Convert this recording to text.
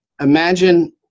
Imagine